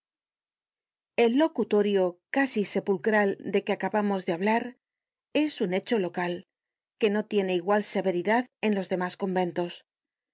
el locutorio casi sepulcral de que acabamos de hablar es un hecho local que no tiene igual severidad en los demás conventos en